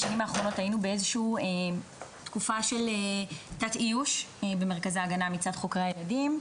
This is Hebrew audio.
בשנים האחרונות היינו בתקופה של תת-איוש במרכזי ההגנה מצד חוקרי הילדים.